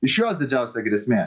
iš jos didžiausia grėsmė